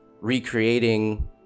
recreating